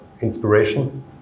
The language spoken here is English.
inspiration